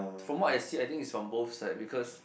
from what I see I think is from both side because